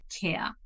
Care